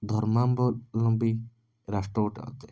ଧର୍ମାବଲମ୍ବୀ ରାଷ୍ଟ୍ର ଗୋଟେ ଅଟେ